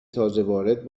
تازهوارد